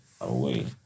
away